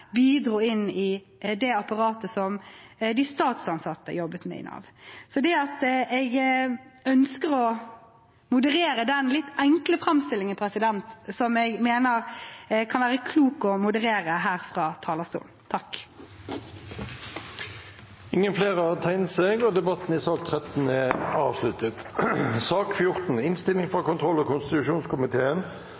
bidro i apparatet som de statsansatte jobbet med i Nav. Jeg ønsker å moderere den litt enkle framstillingen som jeg mener det kan være klokt å moderere her fra talerstolen. Flere har ikke bedt om ordet til sak nr. 13.